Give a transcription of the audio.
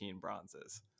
bronzes